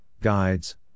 guides